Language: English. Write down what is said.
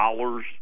dollars